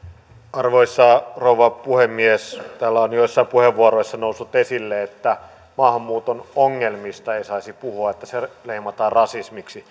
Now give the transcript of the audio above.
arvoisa rouva puhemies täällä on joissain puheenvuoroissa noussut esille että maahanmuuton ongelmista ei saisi puhua että se leimataan rasismiksi